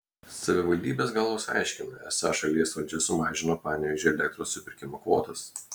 savivaldybės galvos aiškina esą šalies valdžia sumažino panevėžiui elektros supirkimo kvotas